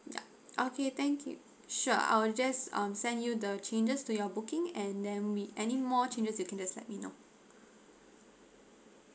ya okay thank you sure I will just um send you the changes to your booking and then we any more changes you can just let me know